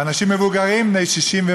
לאנשים מבוגרים בני 60,